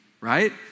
right